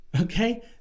Okay